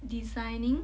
designing